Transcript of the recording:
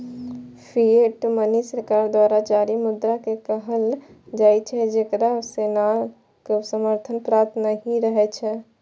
fiat money सरकार द्वारा जारी मुद्रा कें कहल जाइ छै, जेकरा सोनाक समर्थन प्राप्त नहि रहै छै